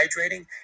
hydrating